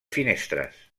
finestres